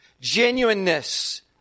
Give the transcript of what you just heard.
genuineness